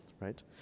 right